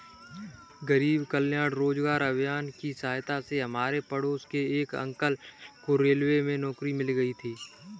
गरीब कल्याण रोजगार अभियान की सहायता से हमारे पड़ोस के एक अंकल को रेलवे में नौकरी मिल गई थी